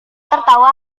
tertawa